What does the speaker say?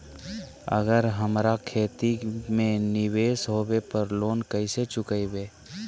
अगर हमरा खेती में निवेस होवे पर लोन कैसे चुकाइबे?